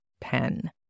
pen